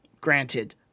granted